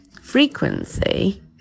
frequency